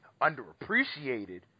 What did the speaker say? underappreciated